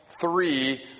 three